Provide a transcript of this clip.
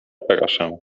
proszę